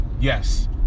Yes